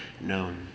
known